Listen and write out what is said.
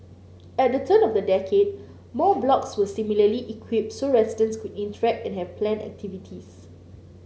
at the turn of the decade more blocks were similarly equipped so residents could interact and have planned activities